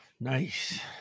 Nice